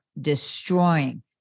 destroying